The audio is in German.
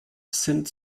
sind